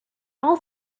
all